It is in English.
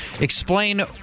explain